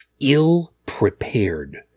ill-prepared